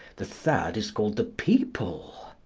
the third is called the people.